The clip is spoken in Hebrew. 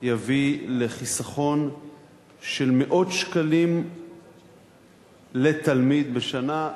יביא לחיסכון של מאות שקלים לתלמיד בשנה,